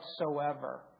whatsoever